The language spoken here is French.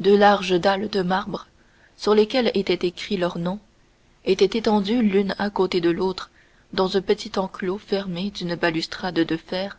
deux larges dalles de marbre sur lesquelles étaient écrits leurs noms étaient étendues l'une à côté de l'autre dans un petit enclos fermé d'une balustrade de fer